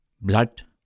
blood